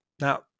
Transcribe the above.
Now